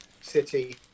City